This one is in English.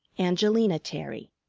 angelina terry,